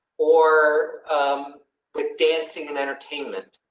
or um with dancing and entertainment.